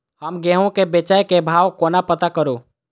हम गेंहूँ केँ बेचै केँ भाव कोना पत्ता करू?